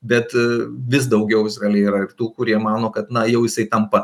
bet vis daugiau izraelyje yra ir tų kurie mano kad na jau jisai tampa